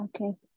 okay